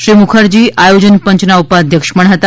શ્રી મુખર્જી આયોજન પંચના ઉપાધ્યક્ષ પણ હતા